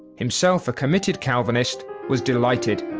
himself a committed calvinist, was delighted.